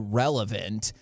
relevant